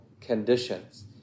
conditions